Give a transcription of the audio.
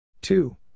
two